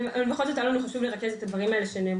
אבל בכל זאת היה לנו חשוב לרכז את הדברים שנאמרו.